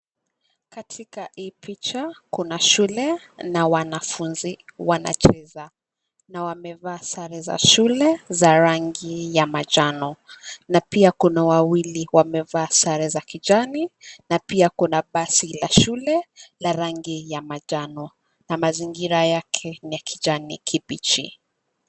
Katika hii picha kuna shule na wanafunzi wanacheza na wamevaa sare za shule za rangi ya manjano na pia kuna wawili wamevaa sare za kijani na pia kuna basi la shule la rangi ya manjano na mazingira yake ni ya kijani kibichi.